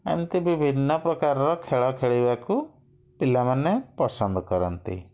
ଏମତି ବିଭିନ୍ନ ପ୍ରକାରର ଖେଳ ଖେଳିବାକୁ ପିଲାମାନେ ପସନ୍ଦ କରନ୍ତି